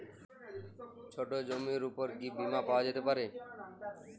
ছোট জমির উপর কি বীমা পাওয়া যেতে পারে?